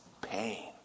pain